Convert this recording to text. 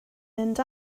mynd